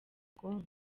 ubwonko